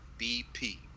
BP